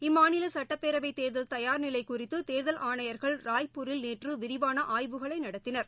இம்மாநில சட்டப்பேரவை தேர்தல் தயார் நிலை குறித்து தேர்தல் ஆணையர்கள் ராய்ப்பூரில் நேற்று விரிவான ஆய்வுகளை நடத்தினர்